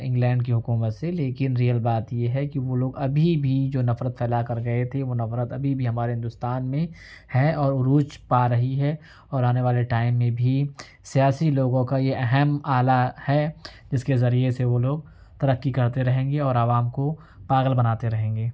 England کی حکومت سے لیکن رییل بات یہ ہے کہ وہ لوگ ابھی بھی جو نفرت پھیلا کر گئے تھے وہ نفرت ابھی بھی ہمارے ہندوستان میں ہے اور عروج پا رہی ہے اور آنے والے ٹائم میں بھی سیاسی لوگوں کا یہ اہم آلہ ہے جس کے ذریعے سے وہ لوگ ترقی کرتے رہیں گے اور عوام کو پاگل بناتے رہیں گے